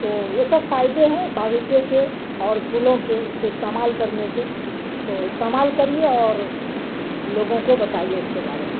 تو یہ سب فائدے ہیں باغیچے کے اور پھولوں کے اس کے استعمال کرنے کے تو استعمال کریے اور لوگوں کو بتائیے اس کے بارے میں